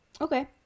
okay